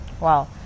Wow